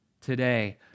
today